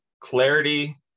clarity